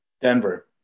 Denver